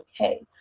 okay